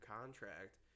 contract